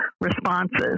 responses